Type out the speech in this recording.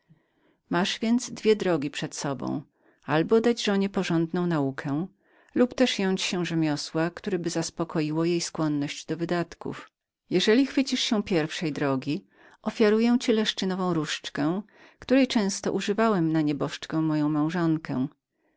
masz więc dwie drogi przed sobą albo dać żonie porządną naukę lub też jąć się rzemiosła któreby zaspokoiło jej skłonność do wydatków jeżeli chwycisz się pierwszej drogi ofiaruję ci moją laskę której często używałem z nieboszczką moją małżonką